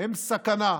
הם סכנה.